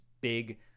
big